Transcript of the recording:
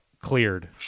cleared